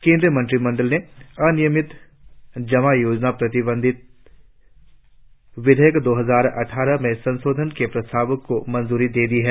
केंद्रीय मंत्रिमंडल ने अनियमित जमा योजनाएं प्रतिबंध विधेयक दो हजार अटठारह में संशोधनों के प्रस्तावों को मंजूरी दे दी है